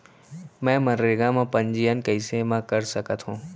मैं मनरेगा म पंजीयन कैसे म कर सकत हो?